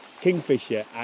Kingfisher